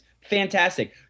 Fantastic